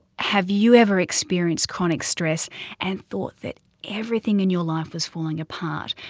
have you ever experienced chronic stress and thought that everything in your life was falling apart?